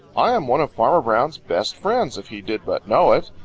i'm one of farmer brown's best friends, if he did but know it.